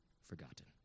forgotten